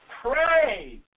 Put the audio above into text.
Pray